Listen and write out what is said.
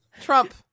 Trump